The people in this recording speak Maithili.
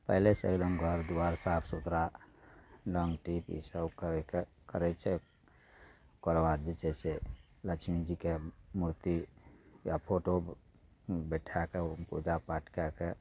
पहिलेसँ एकदम घर दुआरि साफ सुथरा रङ्ग टीप ईसब करिके करय छै ओकरबाद जे छै से लक्ष्मी जीके मूर्ति या फोटो बैठाकऽ उ मे पूजा पाठ कए कऽ